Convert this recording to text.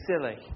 silly